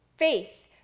Faith